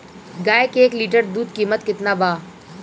गाय के एक लीटर दूध कीमत केतना बा?